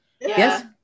Yes